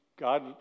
God